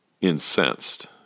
incensed